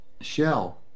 shell